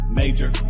major